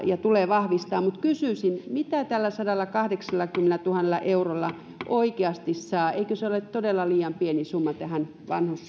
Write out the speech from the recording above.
pitää ja tulee vahvistaa mutta kysyisin mitä tällä sadallakahdeksallakymmenellätuhannella eurolla oikeasti saa eikö se ole todella liian pieni summa tähän